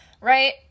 right